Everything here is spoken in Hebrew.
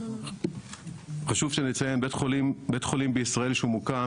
בית חולים בישראל שמוקם,